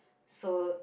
so